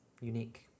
unique